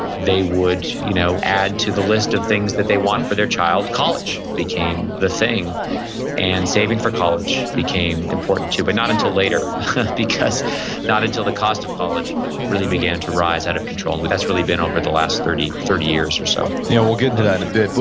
they would you know add to the list of things that they want for their child college became the saying and saving for college became important too, but not until later because not until the cost of college really began to rise out of control. that's really been over the last thirty thirty years or so yeah we'll get into that in a bit.